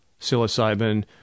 psilocybin